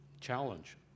challenge